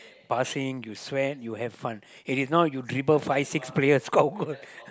passing you sweat you have fun okay if not you dribble five six players score goal